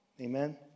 Amen